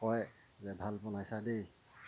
কয় যে ভাল বনাইছা দেই